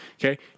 Okay